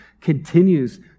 continues